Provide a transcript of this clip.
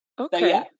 okay